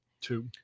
Two